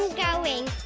going.